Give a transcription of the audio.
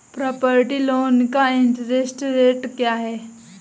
Property loan का interest rate क्या है?